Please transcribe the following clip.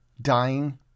dying